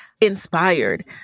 inspired